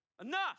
Enough